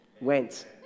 Went